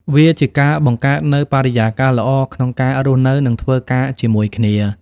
វាជាការបង្កើតនូវបរិយាកាសល្អក្នុងការរស់នៅ និងធ្វើការជាមួយគ្នា។